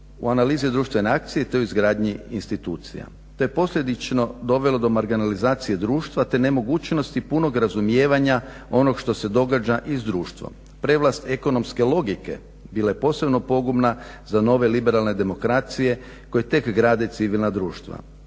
U analizi društvene akcije te u izgradnji institucija te posljedično dovelo do marginalizacije društva, te nemogućnosti punog razumijevanja onog što se događa i s društvo. Prevlast ekonomske logike bila je posebno pogubna za nove liberalne demokracije koje tek grade civilna društva.